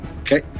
Okay